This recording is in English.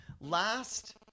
Last